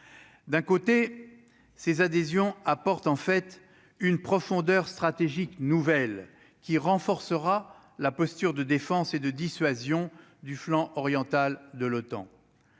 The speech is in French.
d'un côté, ces adhésions apporte en fait une profondeur stratégique nouvelle qui renforcera la posture de défense et de dissuasion du flanc oriental de l'OTAN